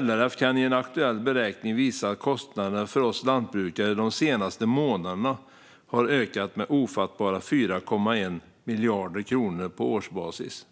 LRF kan i en aktuell beräkning visa att kostnaderna för oss lantbrukare de senaste månaderna ökat med? ofattbara 4,1?miljarder kronor på årsbasis.